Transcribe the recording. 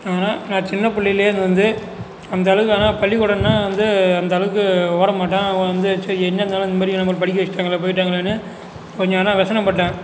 ஆனால் நான் சின்ன பிள்ளையிலேந்து வந்து அந்தளவுக்கு ஆனால் பள்ளிக்கூடம்ன்னா வந்து அந்த அளவுக்கு ஓட மாட்டேன் வந்து சரி என்ன இருந்தாலும் இந்தமாதிரி நம்மளை படிக்க வச்சுட்டாங்களே போயிட்டாங்களேன்னு கொஞ்சம் ஆனால் வெசனப்பட்டேன்